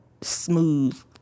smooth